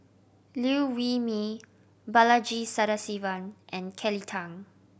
Liew Wee Mee Balaji Sadasivan and Kelly Tang